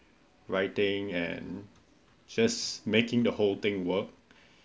writing and just making the whole thing work